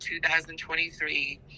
2023